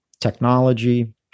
technology